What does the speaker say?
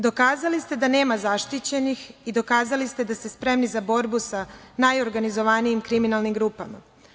Dokazali ste da nema zaštićenih i dokazali ste da ste spremni za borbu sa najorganizovanijim kriminalnim grupama.